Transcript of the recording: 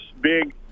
big